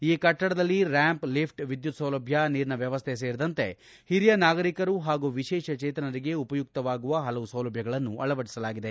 ಈ ಕಟ್ನಡದಲ್ಲಿ ramp lifts ವಿದ್ಯುತ್ ಸೌಲಭ್ಯ ನೀರಿನ ವ್ಯವಸ್ಥೆ ಸೇರಿದಂತೆ ಹಿರಿಯ ನಾಗರೀಕರು ಹಾಗೂ ವಿಶೇಷ ಚೇತನರಿಗೆ ಉಪಯುಕ್ತವಾಗುವ ಹಲವು ಸೌಲಭ್ಯಗಳನ್ನು ಅಳವಡಿಸಲಾಗಿದೆ